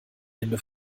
hände